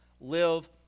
Live